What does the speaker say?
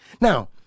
Now